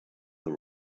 the